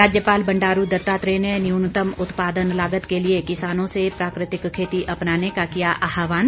राज्यपाल बंडारू दत्तात्रेय ने न्यूनतम उत्पादन लागत के लिए किसानों से प्राकृतिक खेती अपनाने को किया आहवान